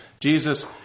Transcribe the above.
Jesus